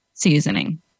seasoning